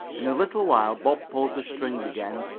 in a little while bob pulled the string again,